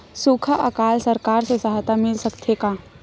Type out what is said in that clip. सुखा अकाल सरकार से सहायता मिल सकथे का?